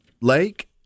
lake